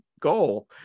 goal